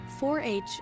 4-H